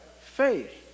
faith